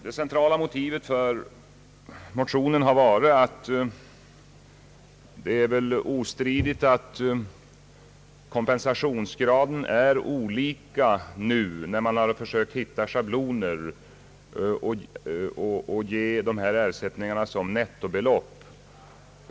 Det centrala motivet för motionen har varit att — vilket väl är ostridigt — kompensationsgraden blivit olika när man har försökt hitta schabloner för att utge ifrågavarande ersättningar i nettobelopp.